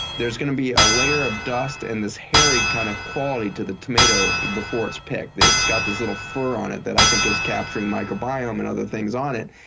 there's going to be a layer of dust and this hairy kind of quality to the tomato before it's picked. it's got this little fur on it that i think is capturing microbiome and other things on it.